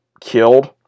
killed